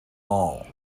all